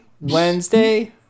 wednesday